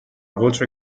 voce